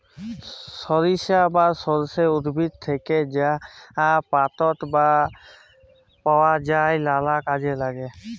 সরিষা বা সর্ষে উদ্ভিদ থ্যাকে যা পাতাট পাওয়া যায় লালা কাজে ল্যাগে